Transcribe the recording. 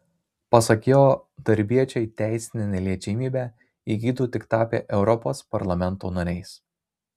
pasak jo darbiečiai teisinę neliečiamybę įgytų tik tapę europos parlamento nariais